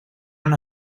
una